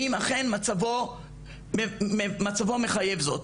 אם אכן מצבו מחייב זאת.